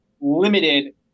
limited